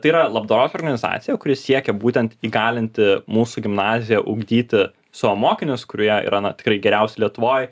tai yra labdaros organizacija kuri siekia būtent įgalinti mūsų gimnaziją ugdyti savo mokinius kurie yra na tikrai geriausi lietuvoj